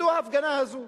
מדוע ההפגנה הזאת?